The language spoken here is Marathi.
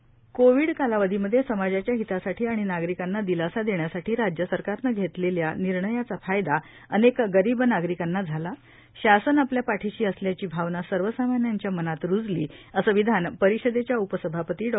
नीलम गोऱ्हे कोविड कालावधीमध्ये समाजाच्या हितासाठी आणि नागरिकांना दिलासा देण्यासाठी राज्य सरकारने घेतलेल्या निर्णयाचा फायदा अनेक गरीब नागरिकांना झाला शासन आपल्या पाठीशी असल्याची भावना सर्वसामान्यांच्या मनात रुजली असं विधान परिषदेच्या उपसभापती डॉ